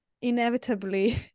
inevitably